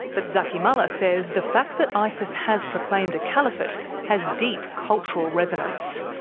but zaky mallah says the fact that isis has proclaimed a caliphate has deep cultural resonance.